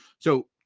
so,